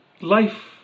Life